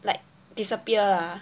like disappear ah